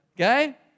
Okay